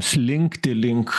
slinktį link